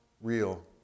real